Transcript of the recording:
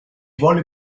volle